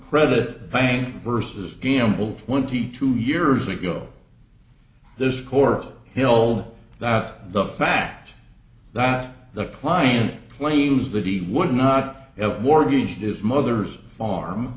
credit bank versus gamble for twenty two years ago this core hill that the fact that the client claims that he would not have mortgaged his mother's farm